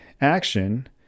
action